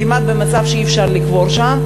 כמעט במצב שאי-אפשר לקבור שם.